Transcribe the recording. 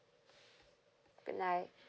goodnight